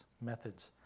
methods